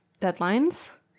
deadlines